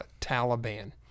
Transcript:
Taliban